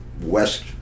west